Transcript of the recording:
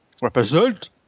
represent